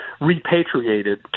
repatriated